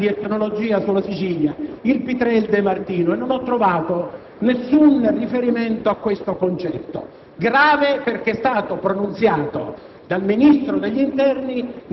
di percorrere rapidamente gli unici due trattati di etnologia sulla Sicilia, quello di Pitrè e quello di De Martino, e non ho trovato alcun riferimento a questo principio,